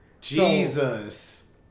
Jesus